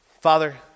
Father